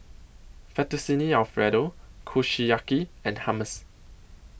Fettuccine Alfredo Kushiyaki and Hummus